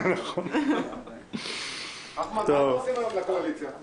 שנוכל להקים ועדות קבועות ושהכנסת תוכל לתפקד.